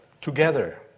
together